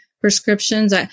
prescriptions